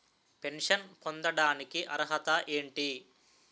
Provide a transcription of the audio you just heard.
Pension పొందడానికి అర్హత ఏంటి?